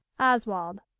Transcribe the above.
Oswald